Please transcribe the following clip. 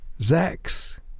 Zach's